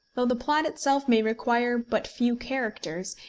though the plot itself may require but few characters,